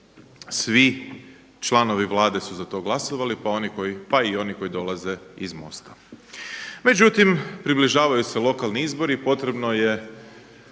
svi članovi Vlade su za to glasovali, pa i oni koji dolaze iz MOST-a. Međutim, približavaju se lokalni izbori, potrebno je